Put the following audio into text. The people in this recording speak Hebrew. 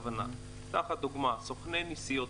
לדוגמה סוכני נסיעות